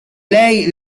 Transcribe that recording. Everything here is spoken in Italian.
lei